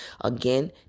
Again